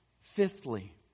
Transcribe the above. Fifthly